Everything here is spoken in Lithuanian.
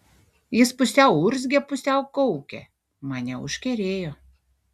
jis pusiau urzgė pusiau kaukė mane užkerėjo